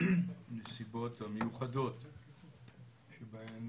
הנסיבות המיוחדות שבהן